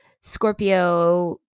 Scorpio